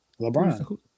LeBron